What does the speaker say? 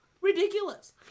Ridiculous